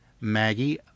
Maggie